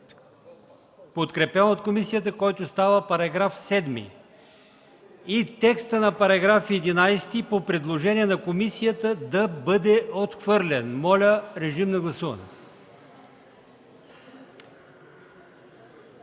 подкрепен от комисията, който става § 7; текста на § 11 по предложение на комисията да бъде отхвърлен. Режим на гласуване.